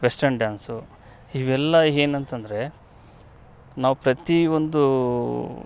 western dance ಇವೆಲ್ಲಾ ಏನಂತಂದ್ರೆ ನಾವು ಪ್ರತಿಯೊಂದು